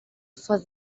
for